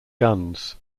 guns